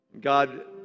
God